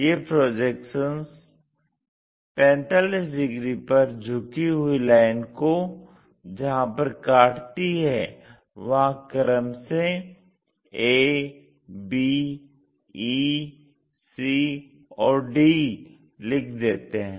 ये projections 45 degree पर झुकी हुई लाइन को जहाँ पर काटती है वहां क्रम से a b e c और d लिख देते है